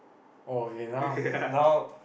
oh okay now now